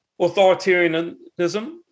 authoritarianism